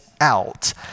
out